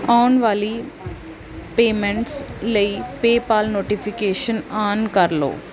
ਆਉਣ ਵਾਲੀ ਪੇਮੈਂਟਸ ਲਈ ਪੇਪਾਲ ਨੋਟੀਫਿਕੇਸ਼ਨ ਆਨ ਕਰ ਲਓ